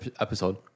episode